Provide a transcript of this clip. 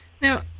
Now